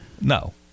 No